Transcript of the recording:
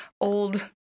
old